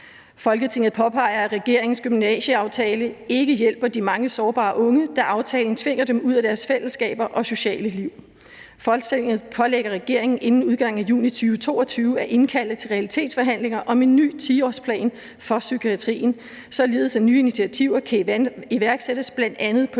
Folketinget påpeger, at regeringens gymnasieaftale ikke hjælper de mange sårbare unge, da aftalen tvinger dem ud af deres fællesskaber og sociale liv. Folketinget pålægger regeringen inden udgangen af juni 2022 at indkalde til realitetsforhandlinger om en ny 10-årsplan for psykiatrien, således at nye initiativer kan iværksættes på bl.a. landets